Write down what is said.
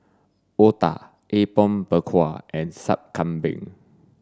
otah apom berkuah and sup kambing